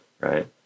right